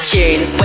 Tunes